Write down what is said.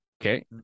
Okay